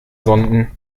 sonden